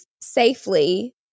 safely